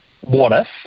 what-if